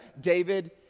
David